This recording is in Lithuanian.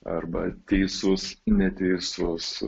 arba teisus neteisus